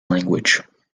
language